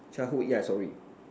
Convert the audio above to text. childhood yeah sorry